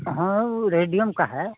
हँ उ रेडियम का है